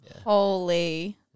Holy